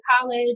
college